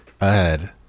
ahead